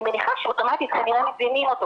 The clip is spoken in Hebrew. אני מניחה שאוטומטית כנראה מזינים אותו,